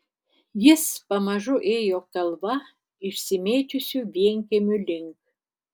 jis pamažu ėjo kalva išsimėčiusių vienkiemių link